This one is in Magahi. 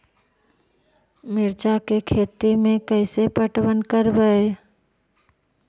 मिर्ची के खेति में कैसे पटवन करवय?